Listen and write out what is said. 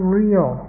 real